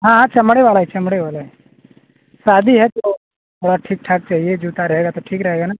हाँ हाँ चमड़े वाला ही चमड़े वाला ही शादी है तो थोड़ा ठीक ठाक चाहिए जूता रहेगा तो ठीक रहेगा ना